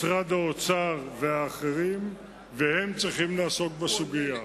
משרד האוצר והאחרים, והם צריכים לעסוק בסוגיה.